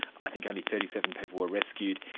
i think only thirty seven people were rescued.